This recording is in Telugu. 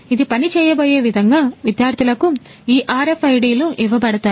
ఇది పని చేయబోయే విధంగా విద్యార్థులకు ఈ RFID లు ఇవ్వబడతాయి